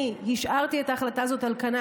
אני השארתי את ההחלטה הזאת על כנה,